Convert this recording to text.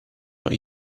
not